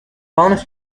bonus